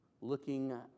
looking